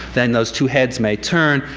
then those two heads may turn.